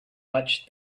watched